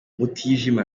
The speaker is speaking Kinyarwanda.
mutijima